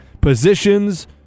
positions